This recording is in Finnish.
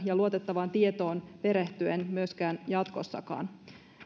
ja luotettavaan tietoon perehtyen myöskään jatkossa